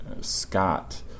Scott